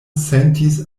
sentis